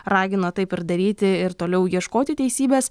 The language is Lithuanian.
ragino taip ir daryti ir toliau ieškoti teisybės